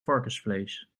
varkensvlees